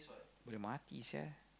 mati sia